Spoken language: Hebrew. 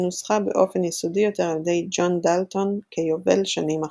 שנוסחה באופן יסודי יותר על ידי ג'ון דלטון כיובל שנים אחריו.